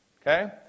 okay